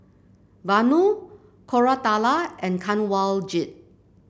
Vanu Koratala and Kanwaljit